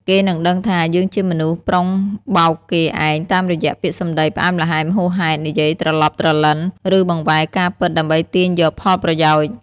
គេនឹងដឹងថា យើងជាមនុស្សប្រុងបោកគេឯង តាមរយះពាក្យសម្ដីផ្អែមល្ហែមហួសហេតុ និយាយត្រឡប់ត្រលិន ឬបង្វែរការពិតដើម្បីទាញយកផលប្រយោជន៍។